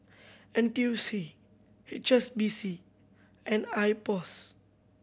N T U C H S B C and IPOS